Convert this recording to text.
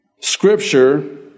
Scripture